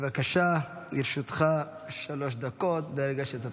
בבקשה, לרשותך שלוש דקות מרגע שתתחיל.